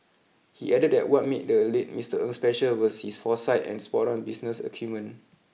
he added that what made the late Mister Ng special was his foresight and spot on business acumen